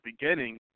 beginning